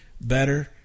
better